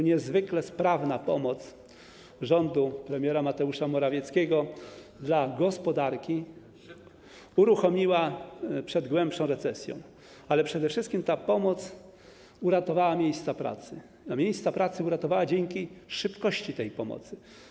Niezwykle sprawna pomoc rządu premiera Mateusza Morawieckiego dla gospodarki uchroniła przed głębszą recesją, ale przede wszystkim ta pomoc uratowała miejsca pracy, a miejsca pracy uratowano dzięki szybkości tej pomocy.